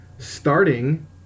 Starting